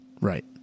Right